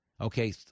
Okay